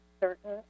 certain